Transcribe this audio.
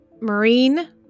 Marine